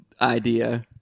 idea